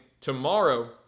tomorrow